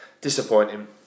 disappointing